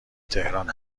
تهران